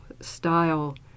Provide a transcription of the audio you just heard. style